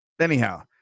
anyhow